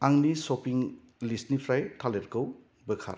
आंनि शपिं लिस्टनिफ्राय थालेरखौ बोखार